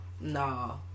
No